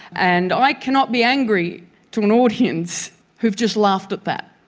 and i cannot be angry to an audience who have just laughed at that,